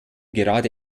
gerade